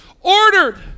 ordered